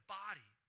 body